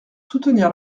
soutenir